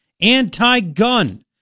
anti-gun